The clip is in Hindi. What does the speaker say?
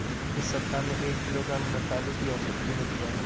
इस सप्ताह में एक किलोग्राम रतालू की औसत कीमत क्या है?